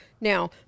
Now